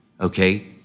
okay